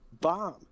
bomb